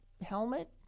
helmet